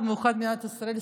במיוחד לא במדינת ישראל,